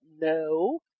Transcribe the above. No